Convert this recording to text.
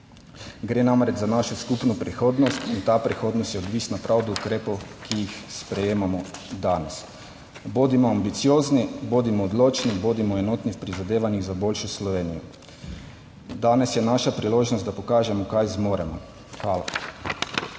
Gre namreč za našo skupno prihodnost in ta prihodnost je odvisna prav od ukrepov, ki jih sprejemamo danes. Bodimo ambiciozni, bodimo odločni, bodimo enotni v prizadevanjih za boljšo Slovenijo. Danes je naša priložnost, da pokažemo kaj zmoremo. Hvala.